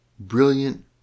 Brilliant